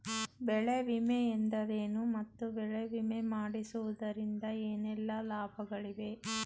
ಬೆಳೆ ವಿಮೆ ಎಂದರೇನು ಮತ್ತು ಬೆಳೆ ವಿಮೆ ಮಾಡಿಸುವುದರಿಂದ ಏನೆಲ್ಲಾ ಲಾಭಗಳಿವೆ?